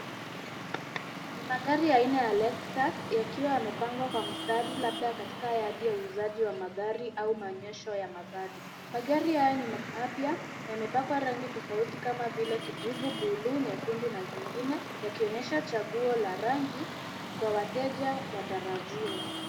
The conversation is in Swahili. Ni magari aina ya Lexus yakiwa yamepangwa kwa mstari labda katika yadi ya uuzaji wa magari au maonyesho ya magari. Magari haya ni mapyamapya na yamepakwa rangi tofauti kama kijivu, blue na nyekundu na zingine, yakionyesha chaguo la rangi kwa wateja watarajiwa.